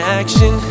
action